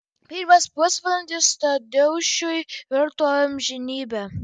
pirmas pusvalandis tadeušui virto amžinybe